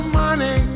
money